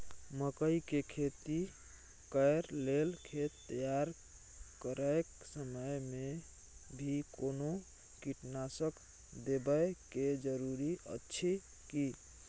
मकई के खेती कैर लेल खेत तैयार करैक समय मे भी कोनो कीटनासक देबै के जरूरी अछि की?